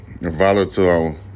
volatile